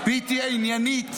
היא תהיה עניינית,